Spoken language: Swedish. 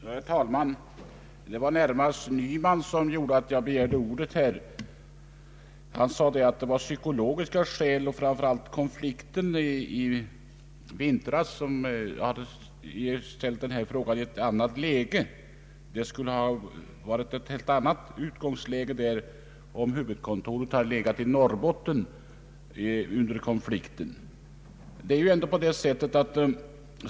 Herr talman! Det var närmast herr Nyman som föranledde mig att begära ordet. Han sade att psykologiska skäl och framför allt gruvkonflikten i vintras gjort att frågan om förläggningen av LKAB:s huvudkontor nu kommit i ett nytt läge. Situationen i gruvkonflikten skulle, ansåg herr Nyman, kanske ha varit en annan om LKAB:s huvudkontor hade legat i Norrbotten.